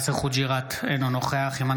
אינו נוכח יאסר חוג'יראת,